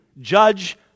judge